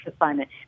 assignment